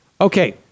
Okay